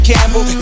Campbell